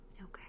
Okay